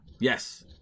Yes